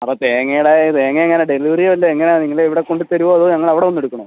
അപ്പോൾ തേങ്ങയുടെ തേങ്ങ എങ്ങനെയാണ് ഡെലിവറിയോ അല്ലെങ്കിൽ എങ്ങനെയാണ് നിങ്ങൾ ഇവിടെ കൊണ്ട് തരുവോ അതോ ഞങ്ങൾ അവിടെ വന്ന് എടുക്കണോ